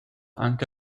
anche